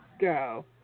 go